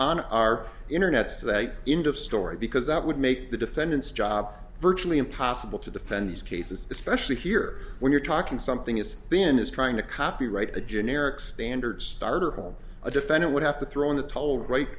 on our internet say into story because that would make the defendant's job virtually impossible to defend these cases especially here when you're talking something it's been is trying to copyright the generic standard starter home a defendant would have to throw in the total right